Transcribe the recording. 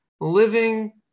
living